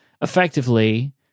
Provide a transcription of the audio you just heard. effectively